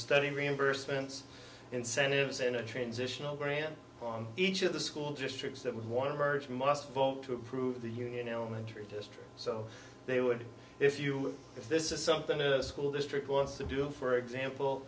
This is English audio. study reimbursements incentives in a transitional grant on each of the school districts that want to merge must vote to approve the union elementary just so they would if you if this is something that a school district wants to do for example